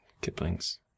Kipling's